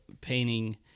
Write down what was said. painting